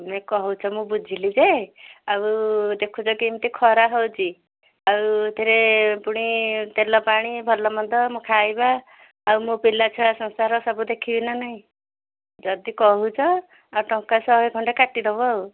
ନାହିଁ କହୁଛ ମୁଁ ବୁଝିଲି ଯେ ଆଉ ଦେଖୁଛ କେମିତି ଖରା ହେଉଛି ଆଉ ଏହିଥିରେ ପୁଣି ତେଲ ପାଣି ଭଲ ମନ୍ଦ ମୋ ଖାଇବା ଆଉ ମୋ ପିଲା ଛୁଆ ସଂସାର ସବୁ ଦେଖିବି ନା ନାହିଁ ଯଦି କହୁଛ ଆଉ ଟଙ୍କା ଶହେ ଖଣ୍ଡେ କାଟି ଦେବ ଆଉ